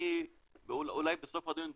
אני אולי בסוף הדיון,